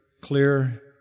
clear